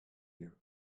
you